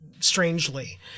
strangely